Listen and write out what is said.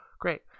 great